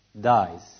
dies